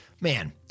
Man